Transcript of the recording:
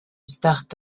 start